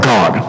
God